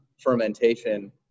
fermentation